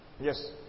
Yes